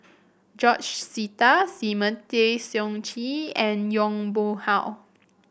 George Sita Simon Tay Seong Chee and Yong Pung How